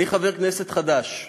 אני חבר כנסת חדש.